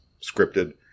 scripted